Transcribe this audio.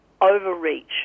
overreach